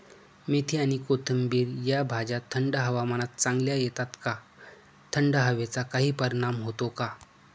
मेथी आणि कोथिंबिर या भाज्या थंड हवामानात चांगल्या येतात का? थंड हवेचा काही परिणाम होतो का?